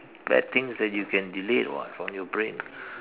bad things that you can delete [what] from your brain